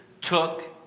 took